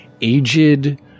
aged